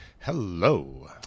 Hello